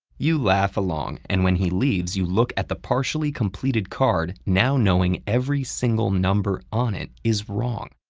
you laugh along, and when he leaves you look at the partially completed card, now knowing every single number on it is wrong.